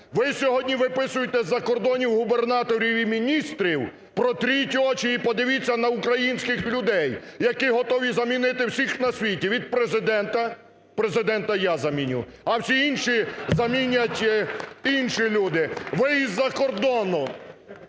Ви сьогодні виписуєте з-за кордонів губернаторів і міністрів, протріть очі і подивіться на українських людей, які готові замінити всіх на світі від Президента – Президента я заміню – а всіх інших замінять інші люди. Ви із-за кордону